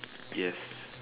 yes